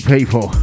People